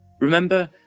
Remember